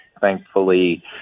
thankfully